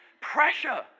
Pressure